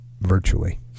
virtually